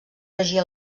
regir